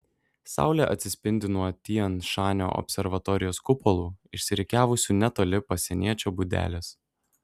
saulė atsispindi nuo tian šanio observatorijos kupolų išsirikiavusių netoli pasieniečio būdelės